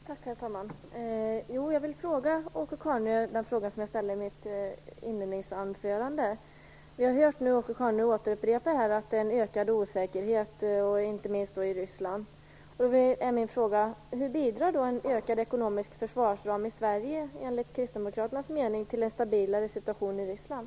Herr talman! Jag vill ställa samma till fråga Åke Carnerö som jag ställde i mitt inledningsanförande. Vi har nu hört Åke Carnerö upprepa att det finns en ökad osäkerhet, inte minst i Ryssland. Hur bidrar då en ökad ekonomisk försvarsram i Sverige enligt kristdemokraternas mening till en stabilare situation i Ryssland?